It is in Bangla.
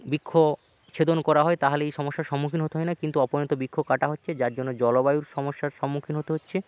বৃক্ষছেদন করা হয় তাহলেই এই সমস্যার সম্মুখীন হতে হয় না কিন্তু অপরিণত বৃক্ষ কাটা হচ্ছে যার জন্য জলবায়ুর সমস্যার সম্মুখীন হতে হচ্ছে